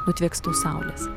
nutviekstų saulės